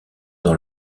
dans